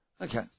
Okay